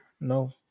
No